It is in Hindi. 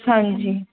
हाँ जी